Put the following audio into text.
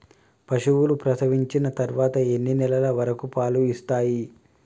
పశువులు ప్రసవించిన తర్వాత ఎన్ని నెలల వరకు పాలు ఇస్తాయి?